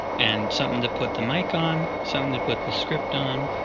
and something to put the mic on, something to put the script on,